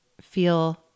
feel